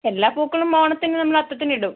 എല്ലാ പൂക്കളും ഓണത്തിന് നമ്മൾ അത്തത്തിന് ഇടും